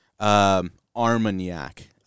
Armagnac